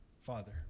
Father